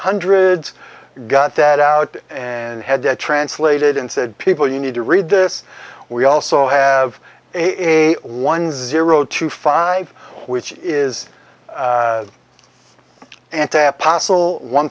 hundred got that out and had that translated and said people you need to read this we also have a one zero two five which is postle one